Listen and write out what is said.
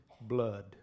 Blood